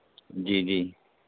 جی جی